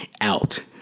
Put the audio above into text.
out